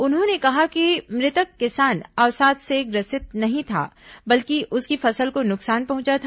उन्होंने कहा है कि मृतक किसान अवसाद से ग्रसित नहीं था बल्कि उसकी फसल को नुकसान पहंचा था